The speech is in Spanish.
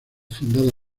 fundada